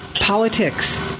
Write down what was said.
Politics